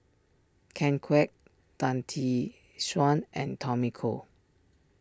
Ken Kwek Tan Tee Suan and Tommy Koh